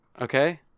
Okay